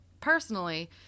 personally